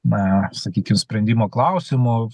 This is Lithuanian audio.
na sakykim sprendimo klausimu